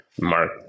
Mark